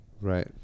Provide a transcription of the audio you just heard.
Right